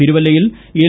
തിരുവല്ലയിൽ എൽ